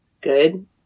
good